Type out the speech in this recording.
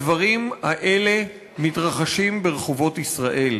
הדברים האלה מתרחשים ברחובות ישראל.